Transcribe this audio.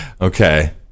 Okay